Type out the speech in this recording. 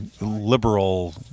liberal